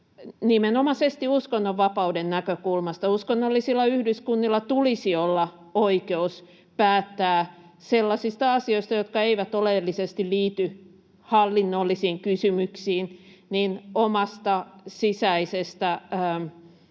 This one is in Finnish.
nimenomaisesti uskonnonvapauden näkökulmasta. Uskonnollisilla yhdyskunnilla tulisi olla oikeus päättää sellaisista asioista, jotka eivät oleellisesti liity hallinnollisiin kysymyksiin, omista sisäisistä